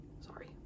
sorry